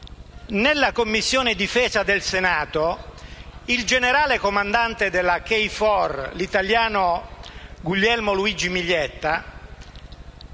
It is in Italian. nella Commissione difesa del Senato, il generale comandante della KFOR, l'italiano Guglielmo Luigi Miglietta,